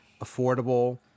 affordable